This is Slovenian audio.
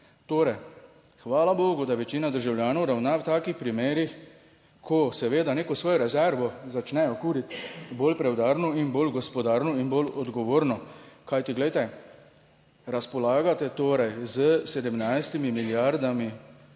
Torej, hvala bogu, da večina državljanov ravna v takih primerih, ko seveda neko svojo rezervo začnejo kuriti, bolj preudarno in bolj gospodarno in bolj odgovorno, kajti glejte, razpolagate torej s 17 milijardami